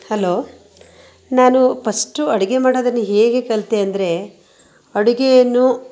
hello ನಾನು first ಅಡುಗೆ ಮಾಡೋದನ್ನು ಹೇಗೆ ಕಲಿತೆ ಅಂದರೆ ಅಡುಗೆಯನ್ನು